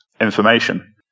information